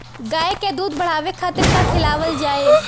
गाय क दूध बढ़ावे खातिन का खेलावल जाय?